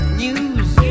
news